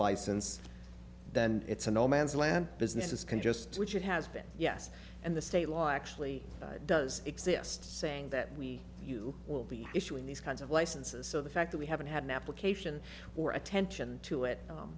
license then it's a no man's land businesses can just switch it has been yes and the state law actually does exist saying that we you will be issuing these kinds of licenses so the fact that we haven't had an application or attention to it